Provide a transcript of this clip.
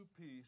peace